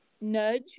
nudge